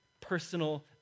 personal